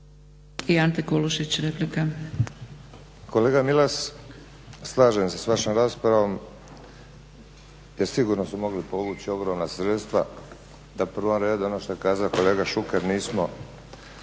Ante (HDZ)** Kolega Milas, slažem se s vašom raspravom da sigurno smo mogli povući ogromna sredstva, da … ono što je kazao kolega Šuker nismo